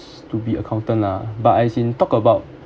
to be accountant lah but as in talk about